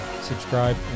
subscribe